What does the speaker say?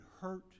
hurt